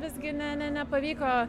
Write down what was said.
visgi ne ne nepavyko